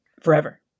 forever